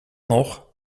nog